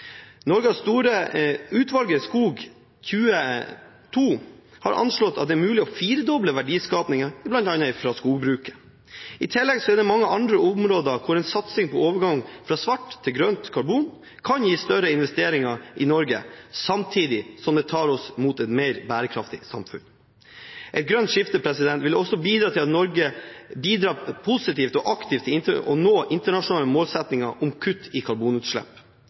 Utvalget SKOG22 har anslått at det er mulig å firedoble verdiskapingen, bl.a. fra skogbruket. I tillegg er det mange andre områder der en satsing på overgang fra svart til grønt karbon kan gi større investeringer i Norge, samtidig som det tar oss mot et mer bærekraftig samfunn. Et grønt skifte vil også bidra positivt og aktivt til å nå internasjonale målsettinger om kutt i karbonutslipp.